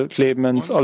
Clemens